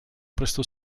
prestò